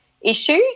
issue